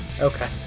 Okay